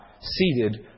seated